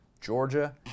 Georgia